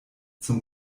zum